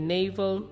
Naval